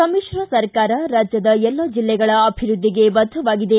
ಸಮಿಶ್ರ ಸರ್ಕಾರ ರಾಜ್ಯದ ಎಲ್ಲ ಜಿಲ್ಲೆಗಳ ಅಭಿವೃದ್ದಿಗೆ ಬದ್ದವಾಗಿದೆ